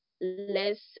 less